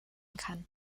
kann